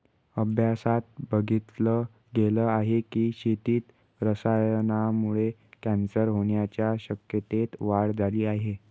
अभ्यासात बघितल गेल आहे की, शेतीत रसायनांमुळे कॅन्सर होण्याच्या शक्यतेत वाढ झाली आहे